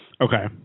Okay